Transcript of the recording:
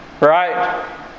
Right